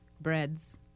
breads